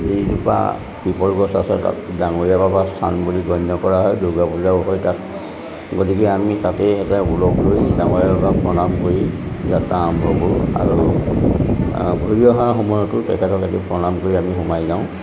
এই পিপল গছ আছে তাত ডাঙৰীয়াৰ বাবা স্থান বুলি গণ্য কৰা হয় দুৰ্গা পূজাও হয় তাত গতিকে আমি তাতেই এটা ওলগ লৈ ডাঙৰীয়াৰ পৰা প্ৰণাম কৰি যাত্ৰা আৰম্ভ কৰোঁ আৰু ঘূৰি অহা সময়তো তেখেতকে প্ৰণাম কৰি আমি সোমাই যাওঁ